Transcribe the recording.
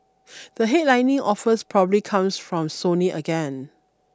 the headlining offers probably comes from Sony again